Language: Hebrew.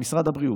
במשרד הבריאות,